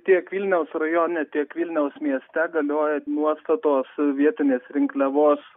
tiek vilniaus rajone tiek vilniaus mieste galioja nuostatos vietinės rinkliavos